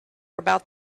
about